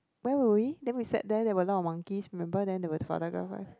where were we then we sat there there were a lot of monkeys remember then there were